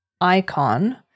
ICON